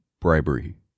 bribery